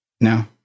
No